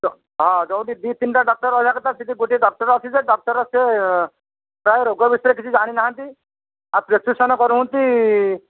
ଯୋ ହଁ ଯେଉଁଠି ଦୁଇ ତିନିଟା ଡକ୍ଟର୍ ରହିବା କଥା ସେଠି ଗୋଟିଏ ଡକ୍ଟର୍ ଅଛି ଯେ ଡକ୍ଟର୍ ସେ ପ୍ରାଏ ରୋଗ ବିଷୟରେ କିଛି ଜାଣିନାହାଁନ୍ତି ଆଉ ପ୍ରେସ୍କ୍ରିପସନ୍ କରୁଛନ୍ତି